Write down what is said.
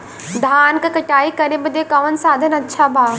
धान क कटाई करे बदे कवन साधन अच्छा बा?